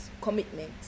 commitment